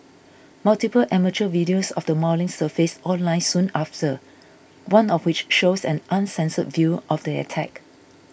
multiple amateur videos of the mauling surfaced online soon after one of which shows an uncensored view of the attack